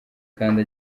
kandi